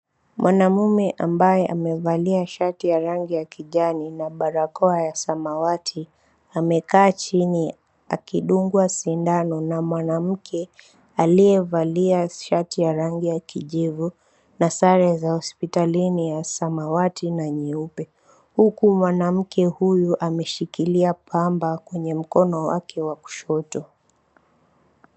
Mwanamume aliyevalia shati nya rangi ya kijani na barakoa ya samawati, amekaa chini akidungwa sindano na mwanamke aliyevalia shati ya rangi ya kijivu na sare za hospitalini za samawati na nyeupe, huku mwanamke huyu ameshikilia pamba kwenye mkono wake wa kushoto.